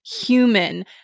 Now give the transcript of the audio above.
human